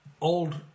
old